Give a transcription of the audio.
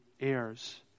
heirs